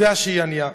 יודע שהיא ענייה.